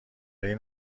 این